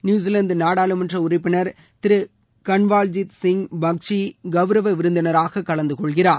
New Zealand நாடாளுமன்ற உறுப்பினர் திரு கன்வால்ஜித் சிங் பக்ஷி கவுரவ விருந்தினராக கலந்து கொள்கிறார்